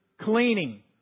cleaning